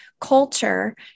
Culture